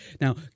Now